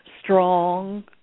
strong